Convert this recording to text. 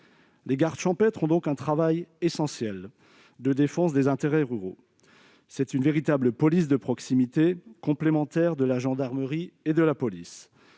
Les gardes champêtres accomplissent un travail essentiel de défense des intérêts ruraux. C'est une véritable police de proximité complémentaire de la gendarmerie et de la police.